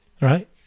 right